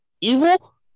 evil